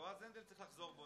יועז הנדל צריך לחזור בו,